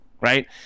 right